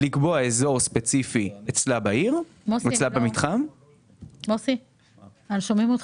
לקבוע אזור ספציפי אצלה בעיר משיקולים של היתכנות